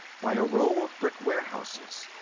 by a row of brick warehouses.